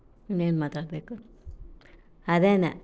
ಇನ್ನೇನು ಮಾತಾಡಬೇಕು ಅದೇ